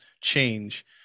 change